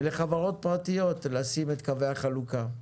ולחברות פרטיות לשים את קווי החלוקה.